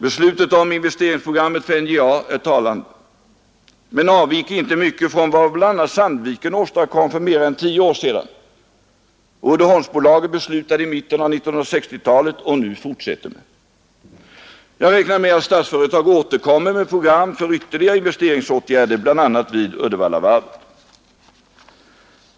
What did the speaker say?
Beslutet om investeringsprogrammet för NJA är talande men avviker inte mycket från vad bl.a. Sandviken åstadkom för mer än tio år sedan och Uddeholmsbolaget beslutade i mitten av 1960-talet och nu fortsätter med. Jag räknar med att Statsföretag återkommer med program för ytterligare investeringsåtgärder, bl.a. vid Uddevallavarvet.